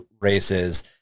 races